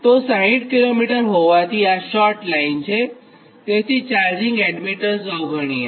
તો 60 કિમી હોવાથી આ શોર્ટ લાઇન છે તેથી ચાર્જિંગ એડમીટન્સ અવગણીએ